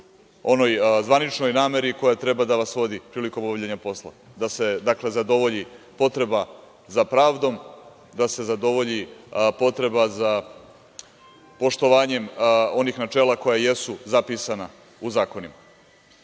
onoj zvaničnoj nameri koja treba da vas vodi prilikom obavljanja posla, da se, dakle, zadovolji potreba za pravdom, da se zadovolji potreba za poštovanje onih načela koja jesu zapisana u zakonima. Mi